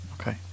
Okay